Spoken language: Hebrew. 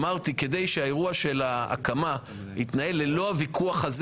אמרתי שכדי שהאירוע של ההקמה יתנהל ללא הוויכוח הזה